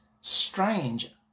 strange